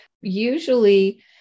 Usually